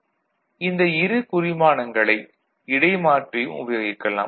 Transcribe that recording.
YA or YA இந்த இரு குறிமானங்களை இடைமாற்றியும் உபயோகிக்கலாம்